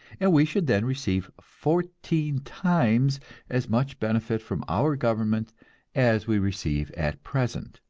and we should then receive fourteen times as much benefit from our government as we receive at present